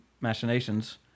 machinations